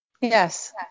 Yes